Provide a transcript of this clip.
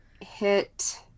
hit